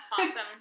Awesome